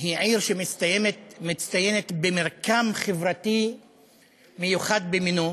היא עיר שמצטיינת במרקם חברתי מיוחד במינו,